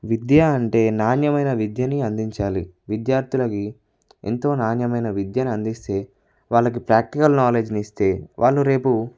విద్య అంటే నాణ్యమైన విద్యని అందించాలి విద్యార్థులకి ఎంతో నాణ్యమైన విద్యను అందిస్తే వాళ్ళకి ప్రాక్టికల్ నాలెడ్జ్ ఇస్తే వాళ్ళు రేపు